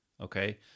Okay